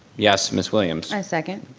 yes. ms. williams. i second.